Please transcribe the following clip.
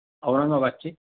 औरंगाबादचे